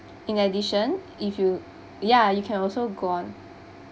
in addition if you ya you can also gone